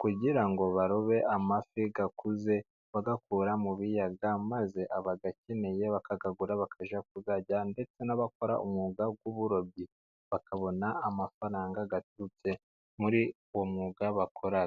kugira ngo barobe amafi akuze bayakura mu biyaga, maze abayakeneye bakayagura bakajya kuyarya, ndetse n'abakora umwuga w'uburobyi bakabona amafaranga aturutse muri uwo mwuga bakora.